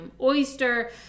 oyster